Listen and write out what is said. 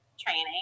training